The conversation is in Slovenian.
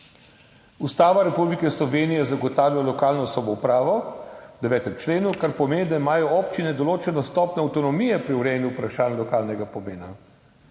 Ustava Republike Slovenije zagotavlja lokalno samoupravo v 9. členu, kar pomeni, da imajo občine določeno stopnjo avtonomije pri urejanju vprašanj lokalnega pomena.